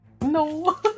No